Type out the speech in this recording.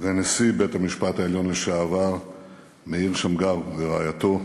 ונשיא בית-המשפט העליון לשעבר מאיר שמגר ורעייתו,